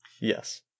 Yes